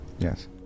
Yes